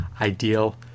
ideal